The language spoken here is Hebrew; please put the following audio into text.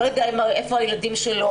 לא יודע איפה הילדים שלו,